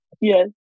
Yes